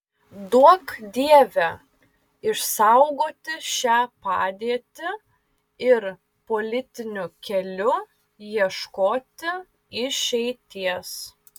duok dieve išsaugoti šią padėtį ir politiniu keliu ieškoti išeities